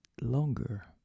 longer